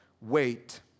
wait